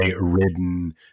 ridden